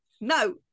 No